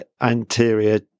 anterior